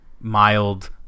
mild